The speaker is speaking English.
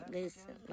Listen